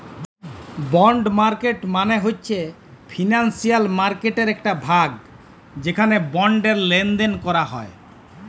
বল্ড market মালে হছে financial মার্কেটটর একট ভাগ যেখালে বল্ডের লেলদেল ক্যরা হ্যয়